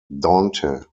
dante